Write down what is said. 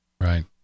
right